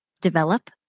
develop